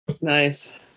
Nice